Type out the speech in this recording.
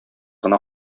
гына